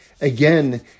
again